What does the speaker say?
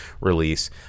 release